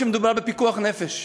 אף שמדובר בפיקוח נפש,